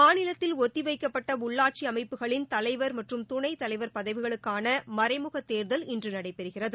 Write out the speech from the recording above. மாநிலத்தில் ஒத்திவைக்கப்பட்ட உள்ளாட்சி அமைப்புகளின் தலைவர் மற்றும் துணை தலைவர் பதவிகளுக்கான மறைமுகத் தேர்தல் இன்று நடைபெறுகிறது